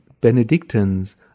Benedictines